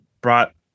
brought